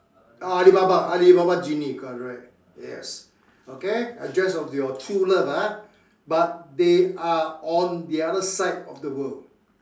Alibaba Alibaba genie correct yes okay address of your true love ah but they are on the other side of the world